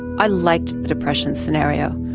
i liked the depression scenario.